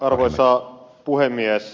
arvoisa puhemies